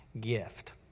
gift